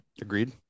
agreed